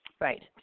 Right